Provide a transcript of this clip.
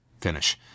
finish